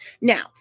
Now